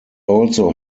also